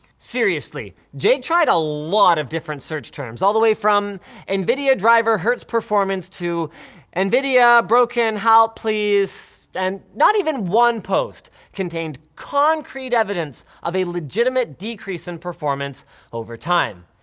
seriously, jake tried a lot of different search terms, all the way from nvidia driver hurts performance to nvidia broken halp plsss and not even one post contained concrete evidence of a legitimate decrease in performance over time.